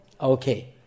Okay